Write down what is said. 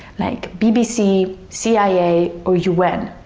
like bbc, cia or un.